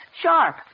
Sharp